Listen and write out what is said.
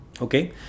okay